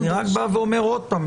אני רק בא ואומר עוד פעם,